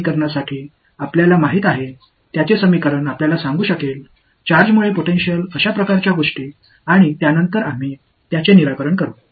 9 ஆம் வகுப்பு மாணவரால் அந்த சமன்பாட்டை உங்களுக்குச் சொல்ல முடியும் ஒரு சார்ஜ்காரணமாக பொடன்டியல் அந்த வகையான ஒரு விஷயத்தை பின்னர் நாம் தீர்ப்போம்